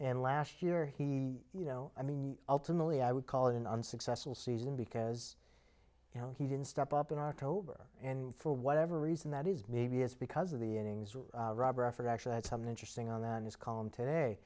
and last year he you know i mean ultimately i would call it an unsuccessful season because you know he didn't step up in october and for whatever reason that is maybe it's because of the robber effort actually that's something interesting on that his column today